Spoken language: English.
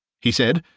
he said,